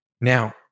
now